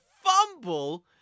Fumble